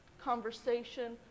conversation